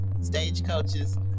stagecoaches